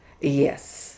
Yes